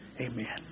Amen